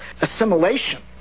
assimilation